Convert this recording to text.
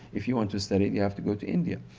if you want to study it you have to go to india.